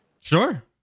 Sure